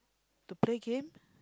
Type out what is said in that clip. to play game